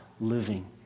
living